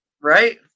right